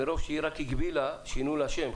מרוב שרק הגבילה שינו לה את השם.